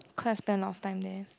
quite spend of time there